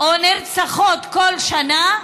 או שנרצחות בכל שנה,